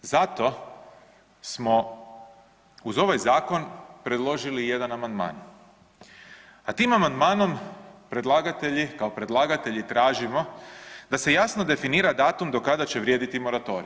Zato smo uz ovaj zakon predložili i jedan amandman, a tim amandmanom predlagatelji, kao predlagatelji tražimo da se jasno definira datum do kada će vrijediti moratorij.